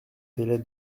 délai